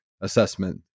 assessment